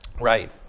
right